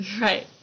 Right